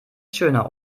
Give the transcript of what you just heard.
schöner